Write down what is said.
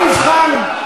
סגן השר לוי.